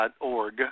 .org